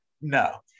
No